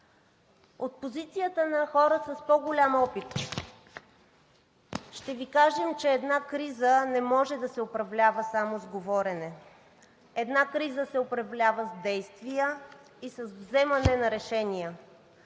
От позицията на хора с по-голям опит ще Ви кажем, че една криза не може да се управлява само с говорене, една криза се управлява с действия и с вземане на решения,